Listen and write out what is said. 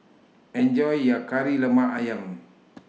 Enjoy your Kari Lemak Ayam